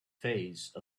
phase